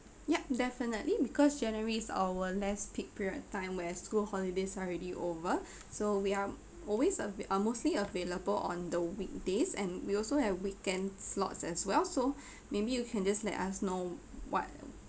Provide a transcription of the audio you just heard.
yup definitely because january is our less peak period time where school holidays are already over so we are always ava~ uh mostly available on the weekdays and we also have weekend slots as well so maybe you can just let us know what